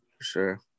sure